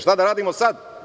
Šta da radimo sada?